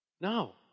No